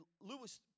Lewis